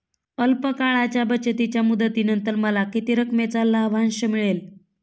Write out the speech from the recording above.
अल्प काळाच्या बचतीच्या मुदतीनंतर मला किती रकमेचा लाभांश मिळेल?